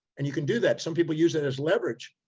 and you can do that. some people use it as leverage.